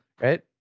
right